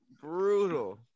Brutal